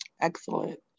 Excellent